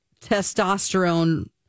testosterone